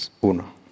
uno